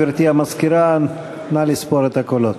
גברתי המזכירה, נא לספור את הקולות.